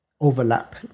overlap